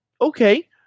Okay